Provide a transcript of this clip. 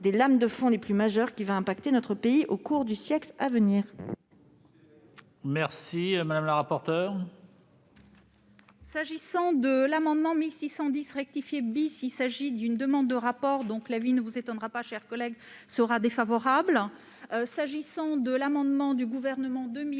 des lames de fond les plus majeures qui va impacter notre pays au cours du siècle à venir.